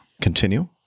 continue